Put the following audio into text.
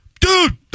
Dude